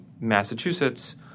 Massachusetts